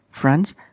friends